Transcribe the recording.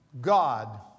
God